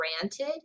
granted